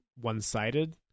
one-sided